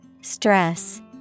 Stress